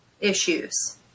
issues